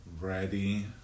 ready